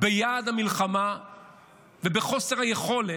ביעד המלחמה ובחוסר היכולת,